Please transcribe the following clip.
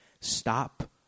Stop